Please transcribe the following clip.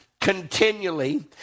continually